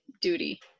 duty